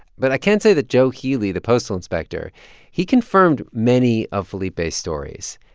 but i can say that joe healy, the postal inspector he confirmed many of felipe's stories.